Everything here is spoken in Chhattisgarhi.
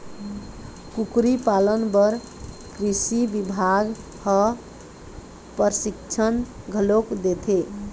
कुकरी पालन बर कृषि बिभाग ह परसिक्छन घलोक देथे